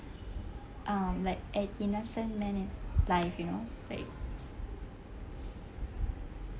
um like innocent man in life you know like